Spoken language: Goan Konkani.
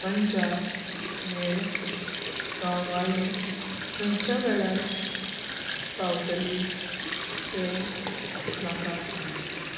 पंजाब मेळ कामवाली खंयच्या वेळार पावतली तें म्हाका सांग